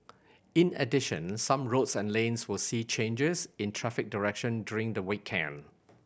in addition some roads and lanes will see changes in traffic direction during the weekend